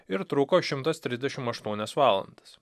ir truko šimtas trisdešimt valandas